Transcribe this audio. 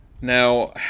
Now